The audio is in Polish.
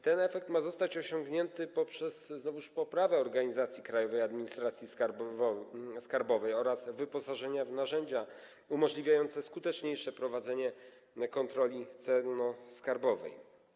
Ten efekt ma zostać osiągnięty poprzez poprawę organizacji Krajowej Administracji Skarbowej oraz wyposażenie jej w narzędzia umożliwiające skuteczniejsze prowadzenie kontroli celno-skarbowej.